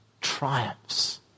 triumphs